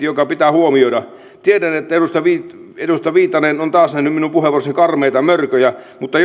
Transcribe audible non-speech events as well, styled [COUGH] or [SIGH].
[UNINTELLIGIBLE] joka pitää huomioida tiedän että edustaja viitanen on taas nähnyt minun puheenvuorossani karmeita mörköjä mutta [UNINTELLIGIBLE]